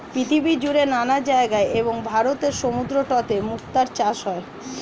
পৃথিবীজুড়ে নানা জায়গায় এবং ভারতের সমুদ্রতটে মুক্তার চাষ হয়